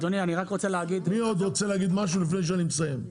מי עוד רוצה לומר משהו לפני שאני מסיים?